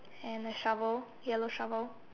and a shovel yellow shovel